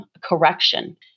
correction